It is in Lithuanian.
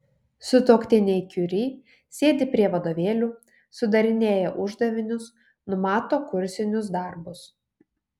sutuoktiniai kiuri sėdi prie vadovėlių sudarinėja uždavinius numato kursinius darbus